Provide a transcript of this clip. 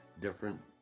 different